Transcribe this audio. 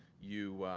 you,